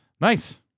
nice